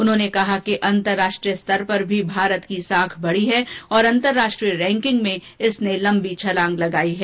उन्होंने कहा कि अंतरराष्ट्रीय स्तर पर भी भारत की साख बढी है और अंतरराष्ट्रीय रैकिंग में इसने लंबी छलांग लगायी है